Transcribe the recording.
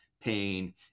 pain